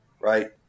right